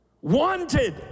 Wanted